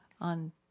on